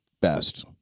best